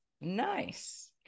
Nice